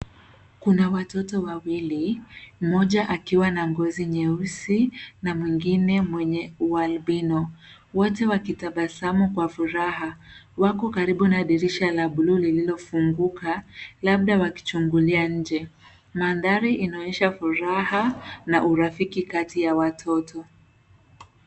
Kuna watoto wawili. Mmoja akiwa na ngozi nyeusi na mwingine mwenye u albino .Wote wakitabasamu kwa furaha. Wako karibu na dirisha la bluu llililofunguka labda wakichungulia nje. Mandhari inaonyesha furaha na urafiki kati ya watoto.